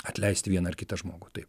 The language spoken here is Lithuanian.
atleisti vieną ar kitą žmogų taip